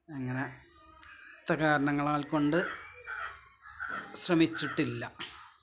അങ്ങനെ ത്ത കാരണങ്ങളാൽ കൊണ്ട് ശ്രമിച്ചിട്ടില്ല